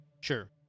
Sure